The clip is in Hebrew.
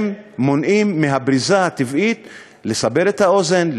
הם מונעים מהבריזה הטבעית לסבר את האוזן,